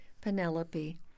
Penelope